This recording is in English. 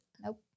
Nope